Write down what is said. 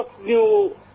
new